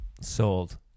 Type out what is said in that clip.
Sold